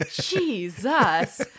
Jesus